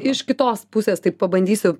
iš kitos pusės tai pabandysiu